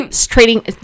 trading